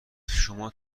شما